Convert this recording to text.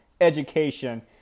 education